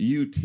UT